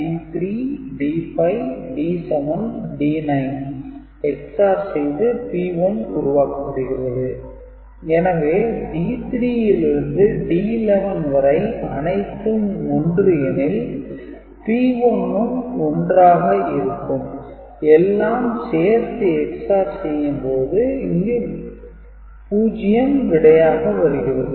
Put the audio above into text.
C1 D3 ⊕ D5 ⊕ D7 ⊕ D9 ⊕ D11 ⊕ P1 C2 D3 ⊕ D6 ⊕ D7 ⊕ D10 ⊕ D11 ⊕ P2 C4 D5 ⊕ D6 ⊕ D7 ⊕ D12 ⊕ P4 C8 D9 ⊕ D10 ⊕ D11 ⊕ D12 ⊕ P8 எனவே D3 லிருந்து D11 வரை அனைத்தும் 1 எனில் P1 ம் 1 ஆக இருக்கும் எல்லாம் சேர்த்து EX - OR செய்யும் போது இங்கு 0 விடையாக வருகிறது